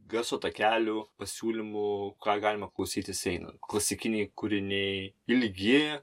garso takelių pasiūlymų ką galima klausytis einant klasikiniai kūriniai ilgi